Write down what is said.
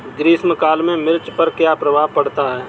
ग्रीष्म काल में मिर्च पर क्या प्रभाव पड़ता है?